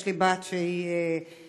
יש לי בת שהיא צמחונית,